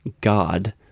God